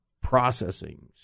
processing